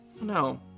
No